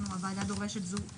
הוועדה דורשת זאת שוב.